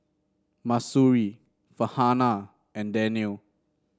Mahsuri Farhanah and Daniel